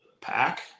pack